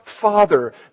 Father